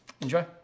Enjoy